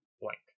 blank